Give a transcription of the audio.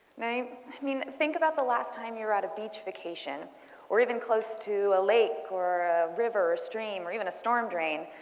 i mean think about the last time you were at a beach vacation or even close to a lake or a river or stream, or even a storm drain.